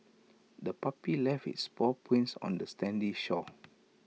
the puppy left its paw prints on the sandy shore